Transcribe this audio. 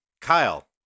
Kyle